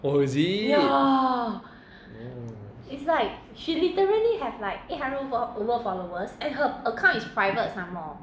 oh is it oh